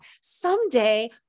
someday